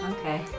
Okay